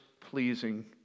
pleasing